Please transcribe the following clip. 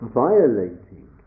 violating